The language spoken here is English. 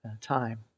time